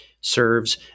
serves